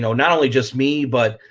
not only just me but,